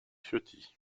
ciotti